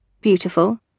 beautiful